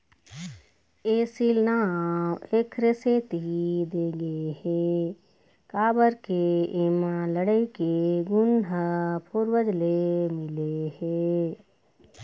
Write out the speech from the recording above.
एसील नांव एखरे सेती दे गे हे काबर के एमा लड़ई के गुन ह पूरवज ले मिले हे